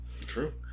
True